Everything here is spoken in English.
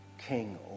king